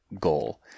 goal